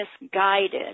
misguided